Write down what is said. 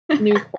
new